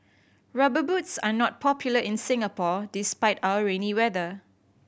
Rubber Boots are not popular in Singapore despite our rainy weather